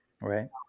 Right